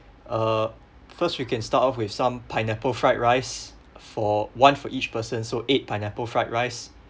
uh first we can start off with some pineapple fried rice for one for each person so eight pineapple fried rice